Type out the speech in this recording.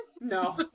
No